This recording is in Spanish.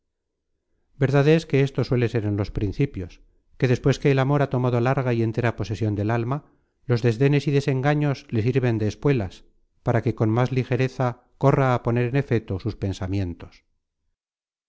verdad es que esto suele ser en los principios que despues que el amor ha tomado larga y entera posesion del alma los desdenes y desengaños le sirven de espuelas para que con más ligereza corra a poner en efeto sus pensamientos